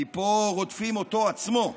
כי פה רודפים אותו עצמו,